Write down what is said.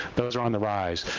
those are on the rise.